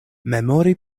memori